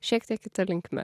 šiek tiek kita linkme